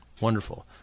Wonderful